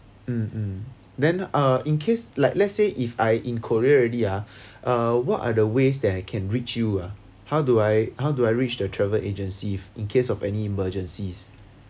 mm mm then uh in case like let's say if I in korea already ah uh what are the ways that I can reach you ah how do I how do I reach the travel agency in case of any emergencies